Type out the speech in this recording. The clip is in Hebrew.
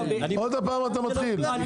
עוד פעם אתה מתחיל?